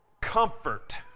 comfort